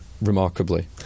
remarkably